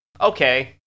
okay